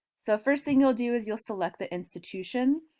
so first thing you'll do is you'll select the institution.